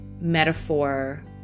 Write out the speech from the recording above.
metaphor